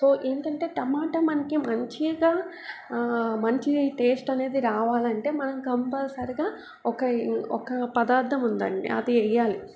so ఏంటంటే టమాటా మనకి మంచిగా మంచి టేస్ట్ అనేది రావాలంటే మనం కంపల్సరీగా ఒక ఈ ఒక పదార్థం ఉందండి అది వెయ్యాలి